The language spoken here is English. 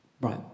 Right